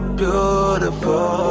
beautiful